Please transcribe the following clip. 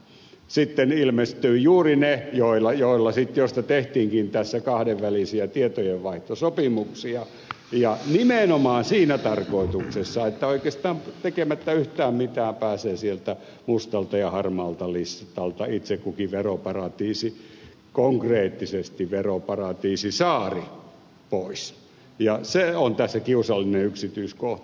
sitten ilmestyivät juuri ne joista tehtiin tässä kahdenvälisiä tietojenvaihtosopimuksia ja nimenomaan siinä tarkoituksessa että oikeastaan tekemättä yhtään mitään pääsee sieltä mustalta ja harmaalta listalta itse kukin veroparatiisi konkreettisesti veroparatiisisaari pois ja se on tässä kiusallinen yksityiskohta